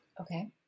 Okay